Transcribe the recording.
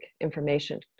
information